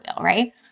right